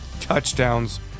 touchdowns